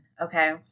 Okay